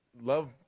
love